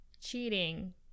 cheating